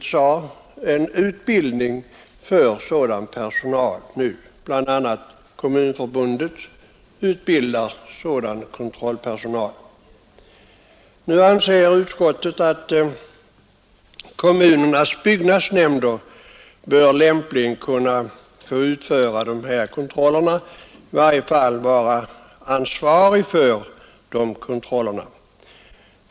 Som fru Anér sade pågår dessutom utbildning av sådan personal nu; bl.a. utbildar Svenska kommunförbundet sådan kontrollpersonal. Utskottet anser att kommunernas byggnadsnämnder lämpligen bör kunna utföra denna kontroll; i varje fall bör de kunna vara ansvariga för kontrollerna.